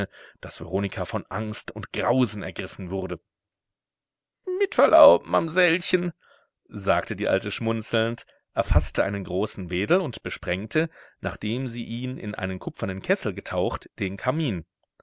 veronika von angst und grausen ergriffen wurde mit verlaub mamsellchen sagte die alte schmunzelnd erfaßte einen großen wedel und besprengte nachdem sie ihn in einen kupfernen kessel getaucht den kamin